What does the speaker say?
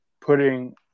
putting